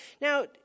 Now